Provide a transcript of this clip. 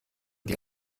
die